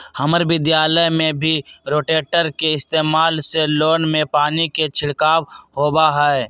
हम्मर विद्यालय में भी रोटेटर के इस्तेमाल से लोन में पानी के छिड़काव होबा हई